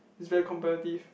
is very competitive